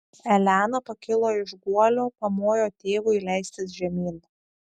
elena pakilo iš guolio pamojo tėvui leistis žemyn